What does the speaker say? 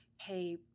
pay